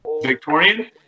Victorian